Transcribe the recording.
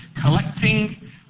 collecting